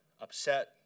upset